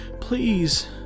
Please